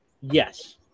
Yes